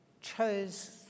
chose